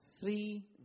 three